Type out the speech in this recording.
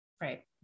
right